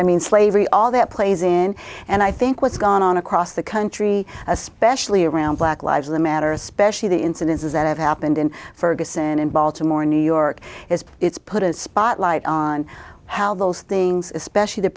i mean slavery all that plays in and i think what's gone on across the country especially around black lives in the matter especially the incidences that have happened in ferguson in baltimore new york is it's put a spotlight on how those things especially the